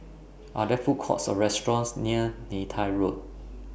Are There Food Courts Or restaurants near Neythai Road